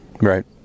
Right